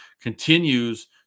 continues